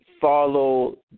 follow